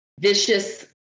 vicious